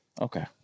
Okay